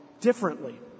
differently